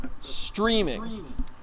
streaming